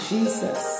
Jesus